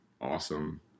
awesome